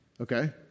Okay